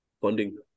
funding